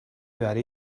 برای